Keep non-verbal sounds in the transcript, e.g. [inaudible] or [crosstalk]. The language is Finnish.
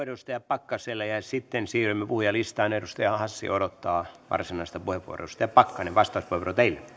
[unintelligible] edustaja pakkaselle ja sitten siirrymme puhujalistaan edustaja hassi odottaa varsinaista puheenvuoroaan edustaja pakkanen vastauspuheenvuoro teille